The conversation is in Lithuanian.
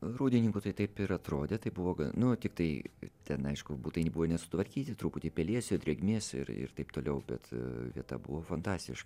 rūdininkų tai taip ir atrodė taip buvo gan nu tiktai ten aišku butai nebuvo nesutvarkyti truputį pelėsių drėgmės ir ir taip toliau bet vieta buvo fantastiška